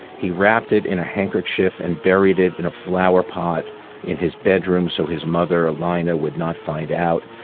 he wrapped it in a handkerchief and buried it in a flower pot in his bedroom. so his mother, alina, would not find out.